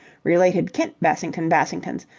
related kent bassington-bassingtons.